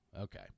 okay